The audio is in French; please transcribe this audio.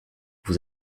vous